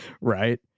Right